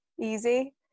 easy